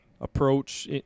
approach